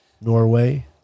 norway